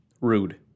Rude